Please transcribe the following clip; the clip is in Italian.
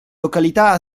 località